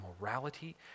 morality